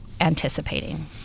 anticipating